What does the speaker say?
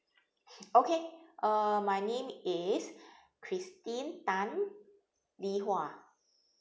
okay uh my name is christine tan li hua